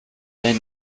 den